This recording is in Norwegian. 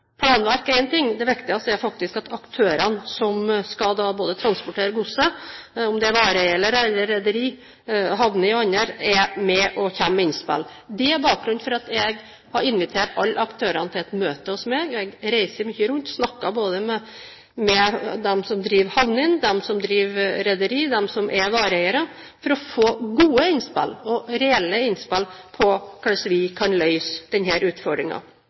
er én ting – det viktigste er faktisk at aktørene som skal transportere godset, om det er vareeiere, rederier, havner eller andre, er med og kommer med innspill. Det er bakgrunnen for at jeg har invitert alle aktørene til et møte hos meg. Jeg reiser mye rundt og snakker med dem som driver havnene, med dem som driver rederi og med vareeiere for å få gode innspill og reelle innspill på hvordan vi kan løse denne utfordringen. For det er ingen tvil om at den